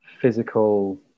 physical